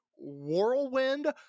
whirlwind